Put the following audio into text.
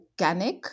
organic